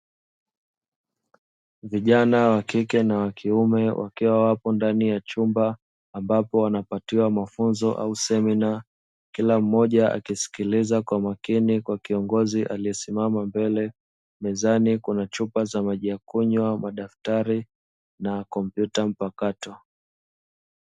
Vijana wa kike na wa kiume wakiwa wapo ndani ya chumba, ambapo wanapatiwa mafunzo au semina kila mmoja akisikiliza kwa makini kwa kiongozi aliyesimama mbele; mezani Kuna chupa za maji ya kunywa, madaftari na kompyuta mpakato.